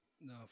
No